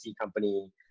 company